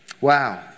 wow